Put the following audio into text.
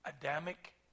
Adamic